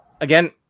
again